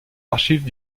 archives